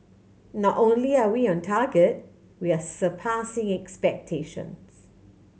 not only are we on target we are surpassing expectations